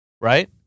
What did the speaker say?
right